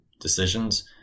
decisions